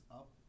up